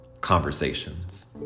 conversations